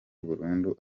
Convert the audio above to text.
burundu